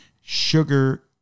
sugar